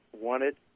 wanted